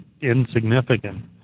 insignificant